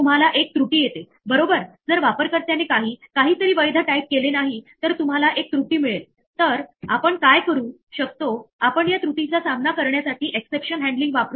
समजा आपण असे म्हणूया y बरोबर 5 पट x आणि आपण x ला कुठेही डिफाइन केले नाही तर आपल्याला एक इंडेक्स एरर मिळते तसेच एक नेम एरर मिळते आणि ते स्पष्टपणे सांगते की नेम एक्स हा कुठेही डिफाइन केलेला नाही